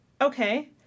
okay